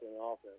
offense